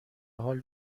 حال